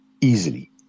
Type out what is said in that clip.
easily